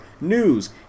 news